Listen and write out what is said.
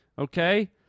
okay